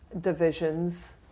divisions